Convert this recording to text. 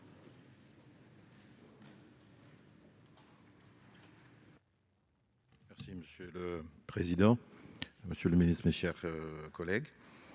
Monsieur le président, monsieur le ministre, mes chers collègues,